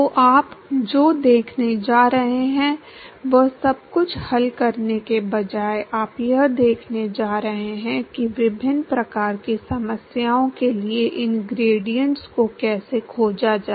तो आप जो देखने जा रहे हैं वह सब कुछ हल करने के बजाय आप यह देखने जा रहे हैं कि विभिन्न प्रकार की समस्याओं के लिए इन ग्रेडिएंट्स को कैसे खोजा जाए